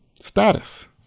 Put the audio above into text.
status